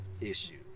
issue